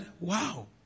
wow